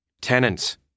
Tenants